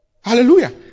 Hallelujah